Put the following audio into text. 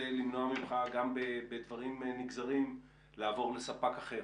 למנוע ממך גם בדברים נגזרים לעבור לספק אחר.